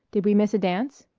did we miss a dance?